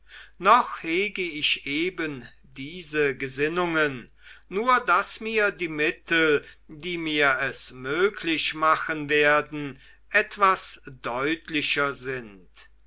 noch hege ich eben diese gesinnungen nur daß mir die mittel die mir es möglich machen werden etwas deutlicher sind